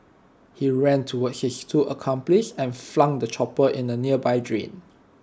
he ran towards his two accomplices and flung the chopper into A nearby drain